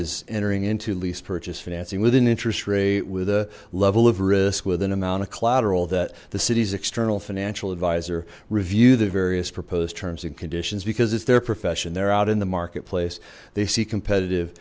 is entering into lease purchase financing with an interest rate with a level of risk with an amount of collateral that the city's external financial advisor review the various proposed terms and conditions because if they're profession they're out in the marketplace they see competitive